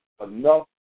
enough